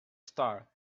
star